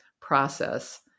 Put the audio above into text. process